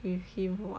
with him [what]